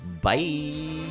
Bye